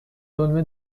دلمه